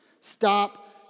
Stop